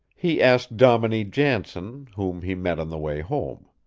he asked dominie jansen, whom he met on the way home.